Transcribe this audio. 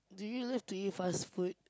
do you love to eat fast-food